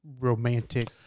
romantic